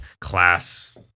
class